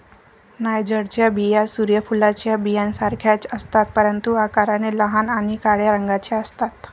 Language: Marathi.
नायजरच्या बिया सूर्य फुलाच्या बियांसारख्याच असतात, परंतु आकाराने लहान आणि काळ्या रंगाच्या असतात